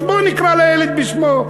אז בוא נקרא לילד בשמו.